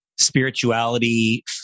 Spirituality